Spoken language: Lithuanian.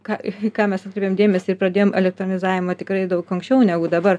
ką ką mes atkreipėm dėmesį ir pradėjom elektronizavimą tikrai daug anksčiau negu dabar